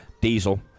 Diesel